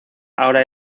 ahora